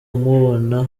mubona